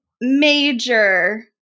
major